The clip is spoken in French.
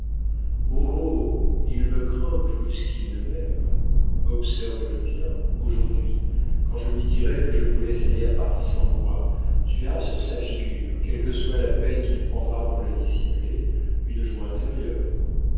il me craint plus qu'il ne m'aime observe le bien aujourd'hui quand je lui dirai que je vous laisse aller à paris sans moi tu verras sur sa figure quelle que soit la peine qu'il prendra pour la dissimuler une joie intérieure